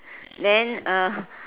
then